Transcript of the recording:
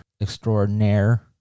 extraordinaire